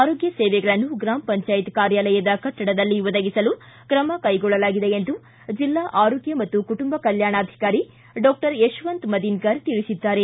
ಆರೋಗ್ಯ ಸೇವೆಗಳನ್ನು ಗ್ರಾಮ ಪಂಚಾಯತ್ ಕಾರ್ಯಾಲಯದ ಕಟ್ಟಡದಲ್ಲಿ ಒದಗಿಸಲು ತ್ರಮ ಕೈಗೊಳ್ಳಲಾಗಿದೆ ಎಂದು ಜಿಲ್ಲಾ ಆರೋಗ್ಯ ಮತ್ತು ಕುಟುಂಬ ಕಲ್ಯಾಣಾಧಿಕಾರಿ ಡಾಕ್ಟರ್ ಯಶವಂತ್ ಮದೀನಕರ್ ತಿಳಿಸಿದ್ದಾರೆ